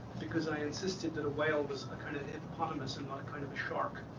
because i insisted that a whale was a kind of hippopotamus and not a kind of shark.